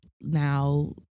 now